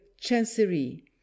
chancery